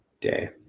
day